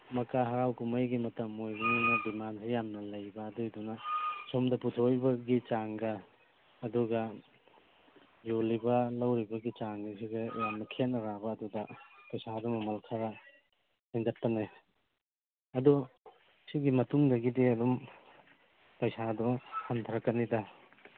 ꯑꯃꯨꯛꯀ ꯍꯔꯥꯎ ꯀꯨꯝꯍꯩꯒꯤ ꯃꯇꯝ ꯑꯣꯏꯕꯅꯤꯅ ꯗꯤꯃꯥꯟꯁꯨ ꯌꯥꯝꯅ ꯂꯩꯕ ꯑꯗꯨꯗꯨꯅ ꯁꯣꯝꯗ ꯄꯨꯊꯣꯛꯂꯤꯕ ꯆꯥꯡꯒ ꯑꯗꯨꯒ ꯌꯣꯜꯂꯤꯕ ꯂꯧꯔꯤꯕꯒꯤ ꯆꯥꯡꯁꯤꯒ ꯌꯥꯝꯅ ꯈꯦꯠꯅꯔꯛꯂꯕ ꯑꯗꯨꯒ ꯄꯩꯁꯥꯗꯨ ꯃꯃꯜ ꯈꯔ ꯍꯦꯟꯒꯠꯄꯅꯦ ꯑꯗꯨ ꯁꯤꯒꯤ ꯃꯇꯨꯡꯗꯒꯤꯗꯤ ꯑꯗꯨꯝ ꯄꯩꯁꯥꯗꯨ ꯍꯟꯊꯔꯛꯀꯅꯤꯗ